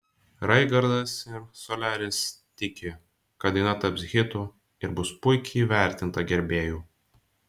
raigardas ir soliaris tiki kad daina taps hitu ir bus puikiai įvertinta gerbėjų